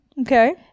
Okay